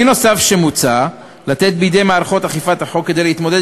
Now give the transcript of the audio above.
כלי נוסף שמוצע לתת בידי מערכות אכיפת החוק כדי להתמודד